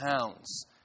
pounds